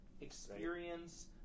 experience